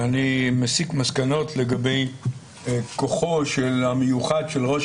שאני מסיק מסקנות לגבי כוחו המיוחד של ראש